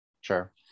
Sure